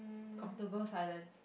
comfortable silence